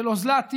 של אוזלת יד.